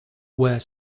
were